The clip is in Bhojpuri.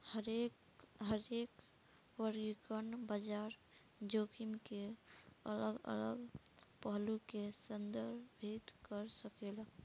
हरेक वर्गीकरण बाजार जोखिम के अलग अलग पहलू के संदर्भित कर सकेला